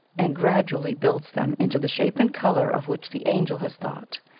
and gradually builds them into the shape and colour of which the angel has thought.